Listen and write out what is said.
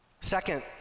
Second